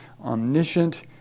omniscient